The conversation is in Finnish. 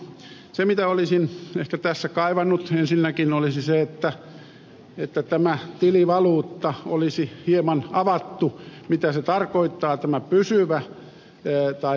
se mitä olisin ehkä tässä kaivannut ensinnäkin olisi se että tätä tilivaluuttaa olisi hieman avattu mitä tarkoittaa tämä pysyvä tai pitkäaikaisempi takaus